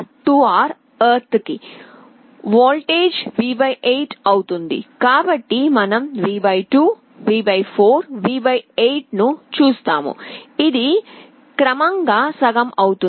కాబట్టి మనం V 2 V 4 V 8 ను చూస్తాము ఇది క్రమంగా సగం అవుతుంది